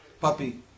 puppy